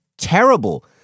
terrible